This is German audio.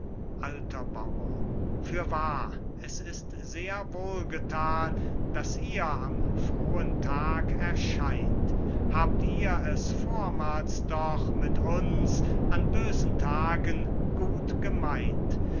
bauer fürwahr es ist sehr wohl gethan daß ihr am frohen tag erscheint habt ihr es vormals doch mit uns an bösen tagen gut gemeynt